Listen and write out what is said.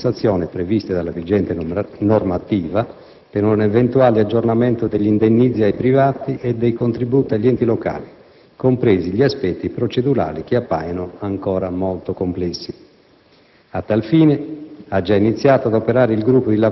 Saranno anche vagliati con attenzione i criteri di compensazione previsti dalla vigente normativa per un eventuale aggiornamento degli indennizzi ai privati e dei contributi agli enti locali, compresi gli aspetti procedurali che appaiono ancora molto complessi.